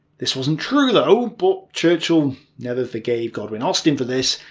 this wasn't true though, but churchill never forgave godwin-austen for this,